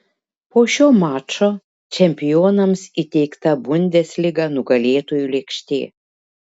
po šio mačo čempionams įteikta bundesliga nugalėtojų lėkštė